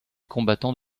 combattants